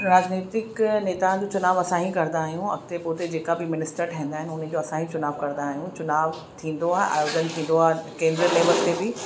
राजनैतिक नेताउनि जो चुनाव असां हीअ कंदा आहियूं अॻिते पोते जेका बि मिनिस्टर ठहंदा आहिनि उन्हनि जो असां ई चुनाव कंदा आहियूं चुनाव थींदो आहे आयोजन थींदो आहे केंद्र लेवल ते बि